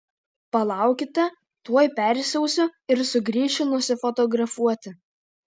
palaukite tuoj persiausiu ir sugrįšiu nusifotografuoti